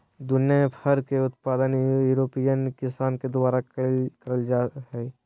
दुनियां में फर के उत्पादन यूरोपियन किसान के द्वारा करल जा हई